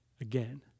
again